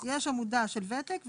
יש עמודה של וותק,